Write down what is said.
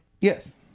Yes